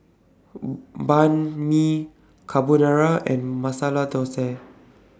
Banh MI Carbonara and Masala Dosa